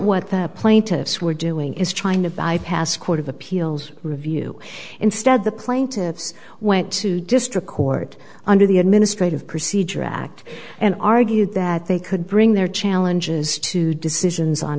what the plaintiffs were doing is trying to bypass court of appeals review instead the plaintiffs went to district court under the administrative procedure act and argued that they could bring their challenges to decisions on